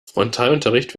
frontalunterricht